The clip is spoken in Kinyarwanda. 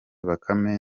bakame